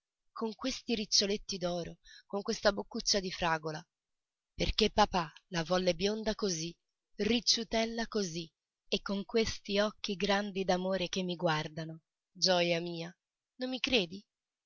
con questi riccioletti d'oro con questa boccuccia di fragola perché papà la volle bionda così ricciutella così e con questi occhi grandi d'amore che mi guardano gioja mia non mi credi